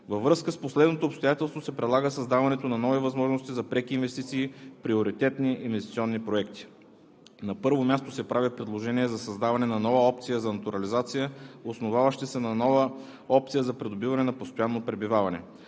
Във връзка с последното обстоятелство се предлага създаването на нови възможности за преки инвестиции, приоритетни инвестиционни проекти. На първо място се прави предложение за създаване на нова опция за натурализация, основаваща се на нова опция за придобиване на постоянно пребиваване.